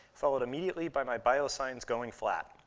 followed immediately by my bio-signs going flat.